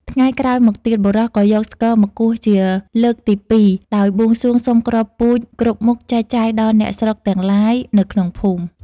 ថ្ងៃក្រោយមកទៀត បុរសក៏យកស្គរមកគោះជាលើក ទីពីរ ដោយបួងសួងសុំគ្រាប់ពូជគ្រប់មុខចែកចាយដល់ អ្នកស្រុកទាំងឡាយនៅក្នុងភូមិ ។